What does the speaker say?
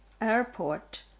airport